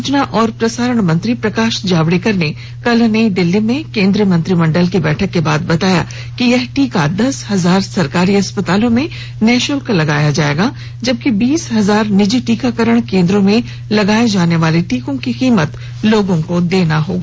सूचना और प्रसारण मंत्री प्रकाश जावडेकर ने कल नई दिल्ली में केन्द्रीय मंत्रिमंडल की बैठक के बाद बताया कि यह टीका दस हजार सरकारी अस्पतालों में निःशुल्क लगाया जायेगा जबकि बीस हजार निजी टीकाकरण केन्द्रों में लगाये जाने वाले टीकों की कीमत लोगों को देना होगा